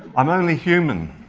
i'm only human.